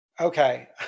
Okay